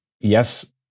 yes